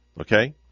Okay